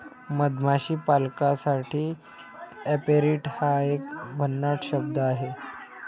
मधमाशी पालकासाठी ऍपेरिट हा एक भन्नाट शब्द आहे